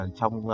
trong